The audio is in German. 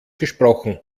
gesprochen